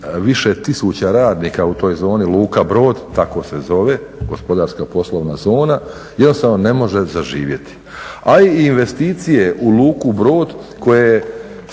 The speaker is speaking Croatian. više tisuća radnika u toj zoni luka Brod, tako se zove gospodarska poslovna zona, jednostavno ne može zaživjeti. A i investicije u luku Brod koje,